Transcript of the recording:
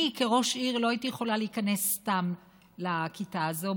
ואני כראש עיר לא הייתי יכולה להיכנס סתם לכיתה הזאת,